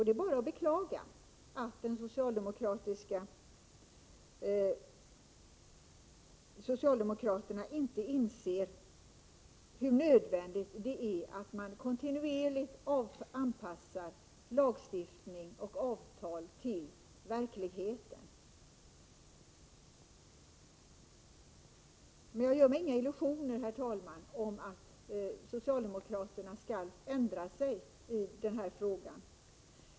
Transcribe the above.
Det är bara att beklaga att socialdemokraterna inte inser hur nödvändigt det är att man kontinuerligt anpassar lagstiftning och avtal till verkligheten. Jag gör mig inga illusioner om att socialdemokraterna skall ändra sig i den här frågan.